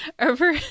over